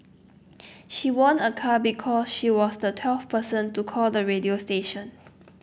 she won a car because she was the twelfth person to call the radio station